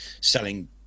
selling